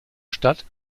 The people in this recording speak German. stadt